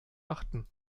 arten